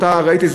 וראיתי,